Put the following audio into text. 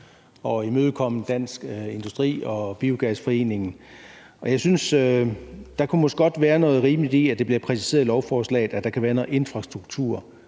at imødekomme Dansk Industri og biogasforeningen. Og jeg synes måske godt, der kan være noget rimeligt i, at det bliver præciseret i lovforslaget, at der kan være noget infrastruktur